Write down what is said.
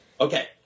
Okay